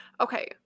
okay